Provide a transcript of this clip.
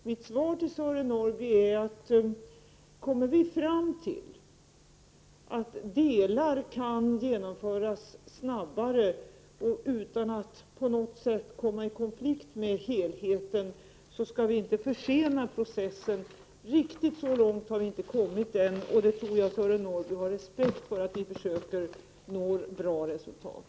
Mitt svar till Sören Norrby är att om vi kommer fram till att delar kan genomföras snabbare utan att det på något sätt kommer i konflikt med helheten, så skall vi inte försena processen. Riktigt så långt har vi inte kommit än. Jag tror att Sören Norrby har respekt för att vi försöker nå bra resultat.